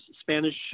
Spanish